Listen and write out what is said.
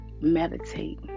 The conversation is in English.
meditate